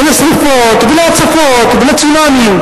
ולשרפות ולהצפות ולצונאמי,